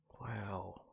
wow